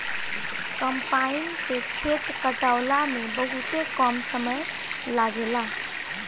combine से खेत कटावला में बहुते कम समय लागेला